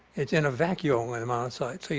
it's in a vacuole in a monocyte. so you